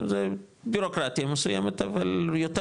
זה בירוקרטיה מסוימת, אבל יותר